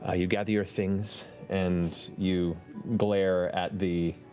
ah you gather your things and you glare at the